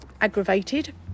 aggravated